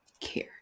care